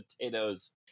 potatoes